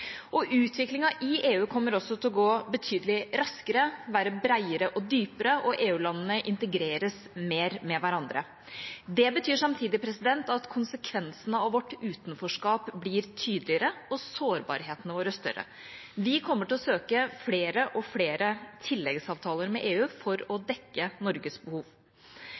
og EU blir stadig viktigere for Norge. Utviklingen i EU kommer også til å gå betydelig raskere, være bredere og dypere, og EU-landene integreres mer med hverandre. Det betyr samtidig at konsekvensen av vårt utenforskap blir tydeligere og sårbarhetene våre større. Vi kommer til å søke flere og flere tilleggsavtaler med EU for å dekke Norges behov.